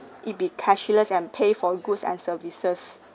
it be cashless and pay for goods and services